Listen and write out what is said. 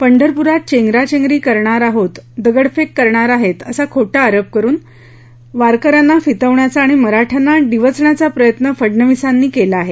पंढरपूरात चेगरांचेगरी करणार आहेत दगडफेक करणार आहेत असा खोटा आरोप करुन वारकऱ्यांना फितवण्याचा आणि मराठ्यांना डिवचण्याचा प्रयत्न फडनवीसांनी केला आहे